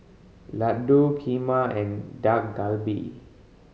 Ladoo Kheema and Dak Galbi